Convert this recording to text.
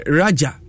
raja